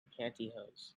pantyhose